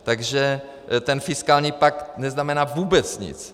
Takže ten fiskální pakt neznamená vůbec nic.